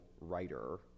writer